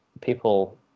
people